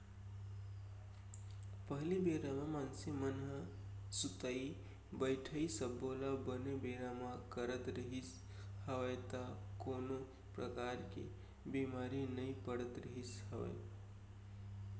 पहिली बेरा म मनसे मन ह सुतई बइठई सब्बो ल बने बेरा म करत रिहिस हवय त कोनो परकार ले बीमार नइ पड़त रिहिस हवय